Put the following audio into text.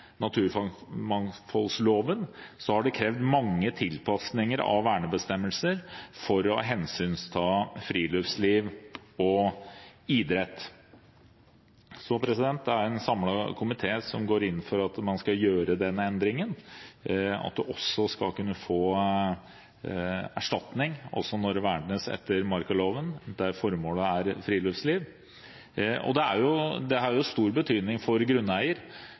krevd mange tilpasninger av vernebestemmelser for å hensynta friluftsliv og idrett. Det er en samlet komité som går inn for at man skal gjøre denne endringen – at man skal kunne få erstatning også når det vernes etter markaloven, der formålet er friluftsliv. Dette har stor betydning for grunneier. Hvis vi ser på Oslo kommunes eiendom som er vernet, har